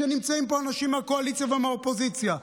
שנמצאים פה אנשים מהקואליציה ומהאופוזיציה,